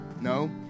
No